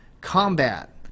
combat